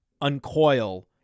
uncoil